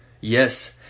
yes